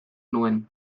nuen